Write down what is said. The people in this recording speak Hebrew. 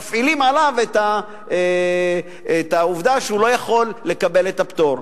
מפעילים עליו את העובדה שהוא לא יכול לקבל את הפטור.